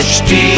hd